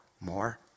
more